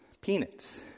peanuts